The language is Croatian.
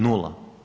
Nula.